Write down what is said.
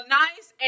nice